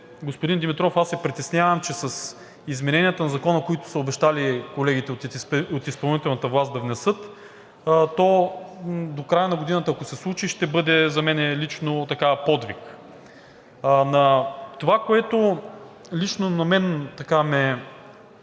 господин Димитров, аз се притеснявам, че с измененията на Закона, които са обещали колегите от изпълнителната власт да внесат, то до края на годината, ако се случи, ще бъде за мен лично подвиг. Това, което лично мен така ме